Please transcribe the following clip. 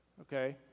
Okay